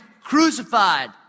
crucified